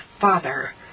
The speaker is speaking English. Father